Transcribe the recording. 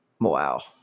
wow